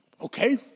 okay